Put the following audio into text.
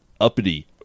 uppity